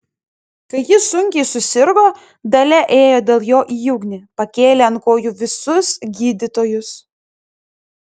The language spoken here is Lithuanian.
kai jis sunkiai susirgo dalia ėjo dėl jo į ugnį pakėlė ant kojų visus gydytojus